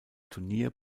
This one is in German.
turnier